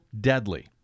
deadly